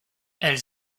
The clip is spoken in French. elle